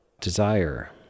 desire